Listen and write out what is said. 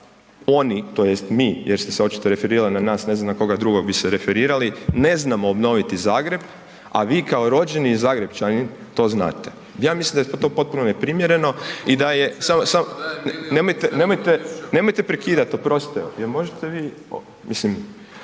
oni tj. mi jer ste se očito referirali na nas, ne znam na koga drugog bi se referirali, ne znamo obnoviti Zagreb, a vi kao rođeni Zagrepčanin to znate. Ja mislim da je to potpuno neprimjereno i da je …/Upadica iz klupe se ne